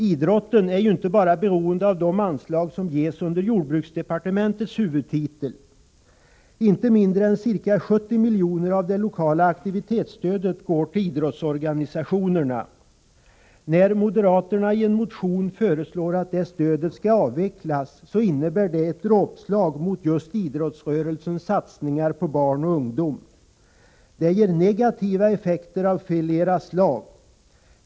Idrotten är ju inte bara beroende av de anslag som ges under jordbruksdepartementets huvudtitel. Inte mindre än ca 70 miljoner av det lokala aktivitetsstödet går till idrottsorganisationerna. När moderaterna i en motion föreslår att det stödet skall avvecklas, innebär det ett dråpslag mot just idrottsrörelsens satsningar på barn och ungdom. Det ger negativa effekter av flera slag.